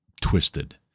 twisted